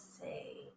say